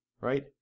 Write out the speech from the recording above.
Right